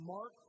Mark